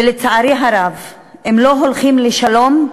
ולצערי הרב, אם לא הולכים לשלום,